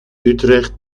utrecht